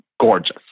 gorgeous